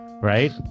Right